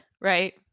right